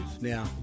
Now